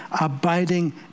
abiding